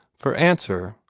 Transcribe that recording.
for answer,